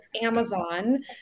Amazon